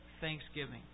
thanksgiving